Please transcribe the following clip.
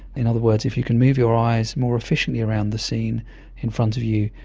in other words, if you can move your eyes more efficiently around the scene in front of you,